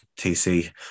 TC